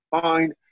fine